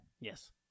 Yes